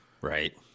Right